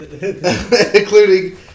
including